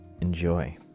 Enjoy